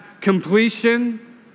completion